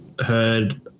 heard